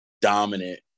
dominant